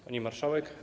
Pani Marszałek!